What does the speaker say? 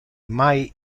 mai